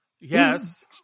Yes